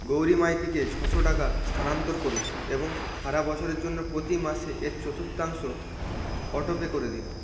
গৌরী মাইতিকে ছশো টাকা স্থানান্তর করুন এবং সারা বছরের জন্য প্রতি মাসে এর চতুর্থাংশ অটোপে করে দিন